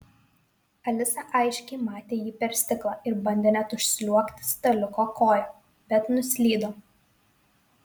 alisa aiškiai matė jį per stiklą ir bandė net užsliuogti staliuko koja bet nuslydo